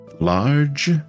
large